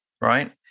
Right